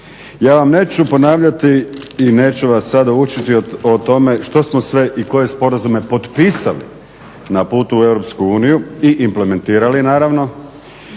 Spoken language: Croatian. Ja vam neću ponavljati i neću vas sada učiti o tome što smo sve i koje sporazume potpisali na putu u EU i implementirali, naravno,